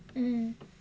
mm